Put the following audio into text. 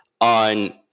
on